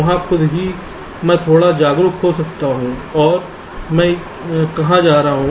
वहां खुद ही मैं थोड़ा जागरूक हो सकता हूं कि मैं कहां जा रहा हूं